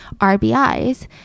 RBIs